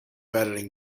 editing